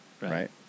right